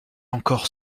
encore